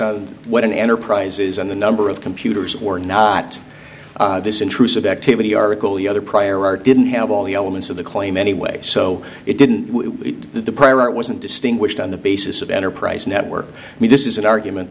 on what an enterprise is on the number of computers or not this intrusive activity article the other prior art didn't have all the elements of the claim anyway so it didn't that the prior art wasn't distinguished on the basis of enterprise network me this is an argument